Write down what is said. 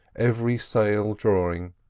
every sail drawing,